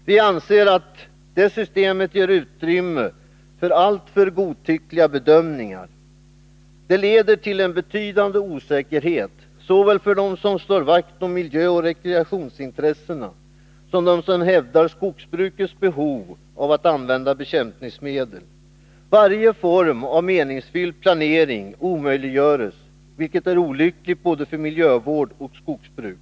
Vi anser att detta ger utrymme för alltför godtyckliga bedömningar. Det leder till betydande osäkerhet såväl för dem som slår vakt om miljöoch rekreationsintressena som för dem som hävdar skogsbrukets behov av att använda bekämpningsmedel. Varje form av meningsfylld planering omöjliggöres, vilket är olyckligt både för miljövård och skogsbruk.